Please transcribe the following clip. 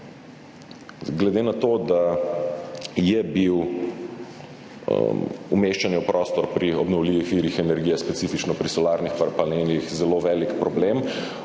Glede na to, da je bilo umeščanje v prostor pri obnovljivih virih energije, specifično pri solarnih panelih zelo velik problem